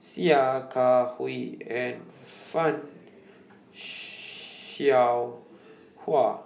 Sia Kah Hui and fan Shao Hua